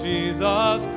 Jesus